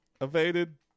evaded